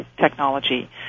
technology